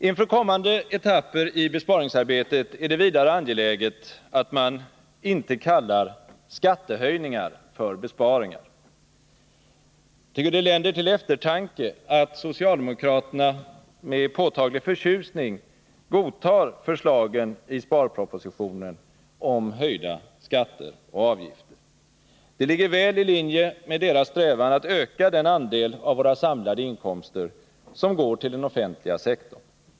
Inför kommande etapper i besparingsarbetet är det vidare angeläget att man inte kallar skattehöjningar för besparingar. Jag tycker att det länder till eftertanke att socialdemokraterna med påtaglig förtjusning godtar förslagen i sparpropositionen om höjda skatter och avgifter. Det ligger mycket väl i linje med deras strävan att öka den andel av våra samlade inkomster som går till den offentliga sektorn.